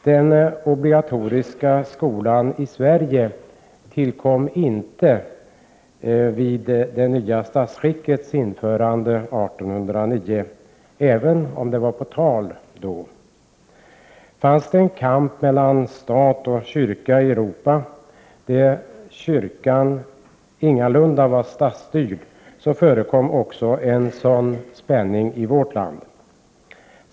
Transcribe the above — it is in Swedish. Den obligatoriska skolan i Sverige tillkom inte vid det nya statsskickets införande 1809, även om det var på tal. Fanns det en kamp mellan stat och kyrka i Europa, där kyrkan ingalunda var statsstyrd, så förekom också en sådan spänning i vårt land.